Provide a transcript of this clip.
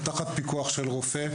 תחת פיקוח של רופא,